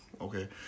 okay